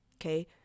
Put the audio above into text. okay